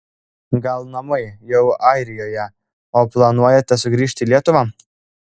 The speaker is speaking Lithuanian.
gal namai jau airijoje o planuojate sugrįžti į lietuvą